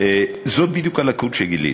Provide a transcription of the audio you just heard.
זה בדיוק הליקוי שגיליתי.